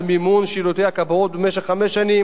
מרכז השלטון המקומי התנגד לכך,